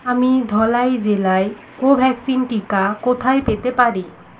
আমি ধলাই জেলায় কোভ্যাক্সিন টিকা কোথায় পেতে পারি